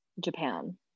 Japan